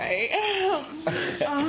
right